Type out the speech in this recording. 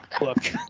Look